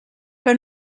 que